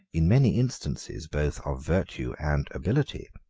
in many instances both of virtue and ability,